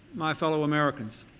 my fellow americans